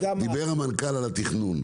דיבר המנכ"ל על התכנון.